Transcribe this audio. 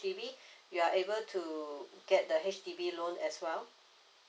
H_D_B you are able to get the H_D_B loan as well